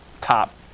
top